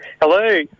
Hello